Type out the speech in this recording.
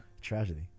Tragedy